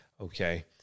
okay